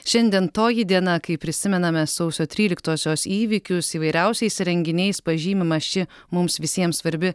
šiandien toji diena kai prisimename sausio tryliktosios įvykius įvairiausiais renginiais pažymima ši mums visiems svarbi